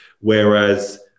Whereas